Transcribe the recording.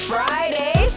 Friday